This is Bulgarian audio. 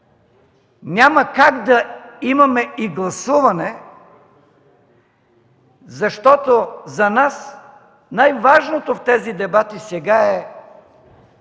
Няма как да имаме и гласуване, защото за нас най-важното в тези дебати сега е